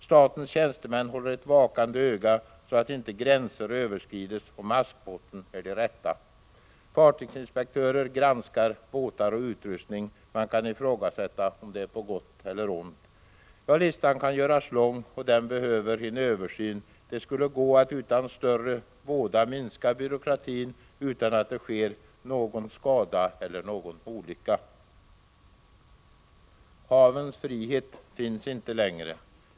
Statens tjänstemän håller ett vakande öga så att inte gränser överskrids och maskmåtten är de rätta. Fartygsinspektörer granskar båtar och utrustning. Man kan ifrågasätta om det är på gott eller ont. Ja, listan kan göras lång och den behöver en översyn. Det skulle gå att minska byråkratin utan att det sker någon skada eller olycka. Havens frihet finns inte längre.